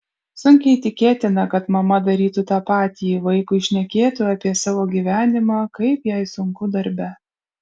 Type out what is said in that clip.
sunkiai tikėtina kad mama darytų tą patį vaikui šnekėtų apie savo gyvenimą kaip jai sunku darbe